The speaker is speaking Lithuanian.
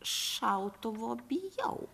šautuvo bijau